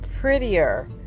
prettier